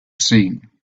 seen